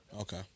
Okay